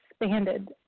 expanded